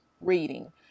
reading